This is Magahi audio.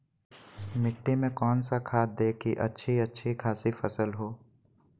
मिट्टी में कौन सा खाद दे की अच्छी अच्छी खासी फसल हो?